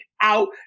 out